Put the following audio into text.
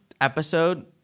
episode